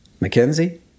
mackenzie